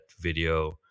video